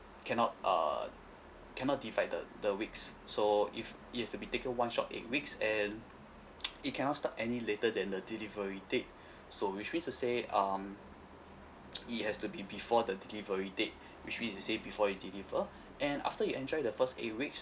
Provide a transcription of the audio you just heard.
cannot err cannot divided the weeks so if it has to be taken one shot eight weeks and it cannot start any later than the delivery date so which means to say um it has to be before the delivery date which means to say before you deliver and after you enjoy the first eight weeks